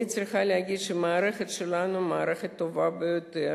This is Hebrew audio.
אני צריכה להגיד שהמערכת שלנו היא מערכת טובה ביותר,